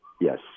Yes